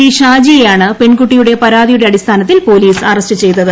D Shaji യെയാണ് പെൺകുട്ടിയുടെ പരാതിയുടെ അടിസ്ഥാനത്തിൽ പോലീസ് അറസ്റ്റ് ചെയ്തത്